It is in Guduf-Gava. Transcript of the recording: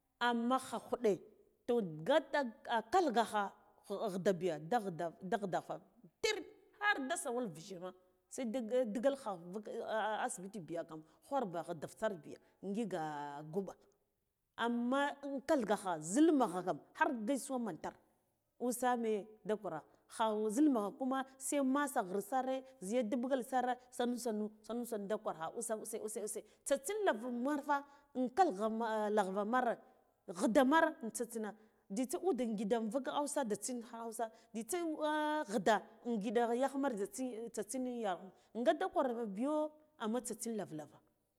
Amma khakhuɗe to gata a kathagaha ghida biya da ghida da ghida fa ter harda sawal vijhe ma se da digal kha invuk asibiti biya kana ghwarba ghidif sar biya ngiga guɓa amma in kathgaka zil mugha kam har gai suwa mantar usame da kwar khawo zil mugha kuma se masa ghre sare ziya dibgal sare sunnu sannu sannu sannu da gwarkha usam use use use tsatsin lava marfa h kalgha ma lava mare ghida mar in tsintsina ta jzitsa ude gida invuk ausa da tsin hausa jzitsiw ghida in giɗa yar magh za tsatsin ya ga da kwar biyo amma tsitin lar lava.